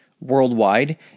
worldwide